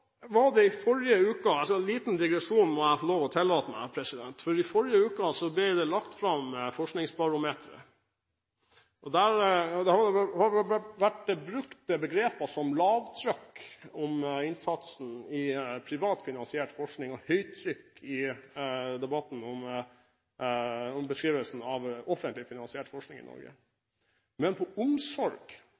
liten digresjon må jeg tillate meg. I forrige uke ble Forskningsbarometeret lagt fram. Der har det vært brukt begreper som «lavtrykk» om innsatsen i privat finansiert forskning, og «høytrykk» i debatten om beskrivelsen av offentlig finansiert forskning i Norge. Vi bruker 80 milliarder skattekroner hvert eneste år på omsorg.